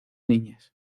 niñas